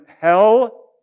hell